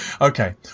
Okay